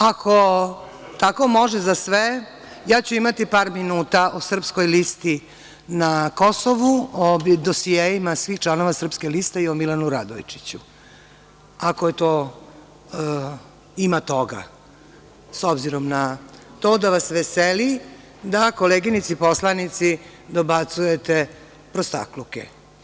Ako tamo može za sve ja ću imati par minuta po srpskoj listi na Kosovu, o dosijeima svih članova Srpske liste i o Milanu Radojčiću, ako ima toga s obzirom na to da vas veseli da koleginici poslanici dobacujete prostakluke.